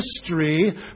history